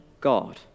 God